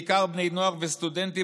בעיקר בני נוער וסטודנטים,